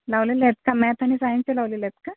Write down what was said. लावलेले आहेत का मॅथ आणि सायन्सचे लावलेले आहेत का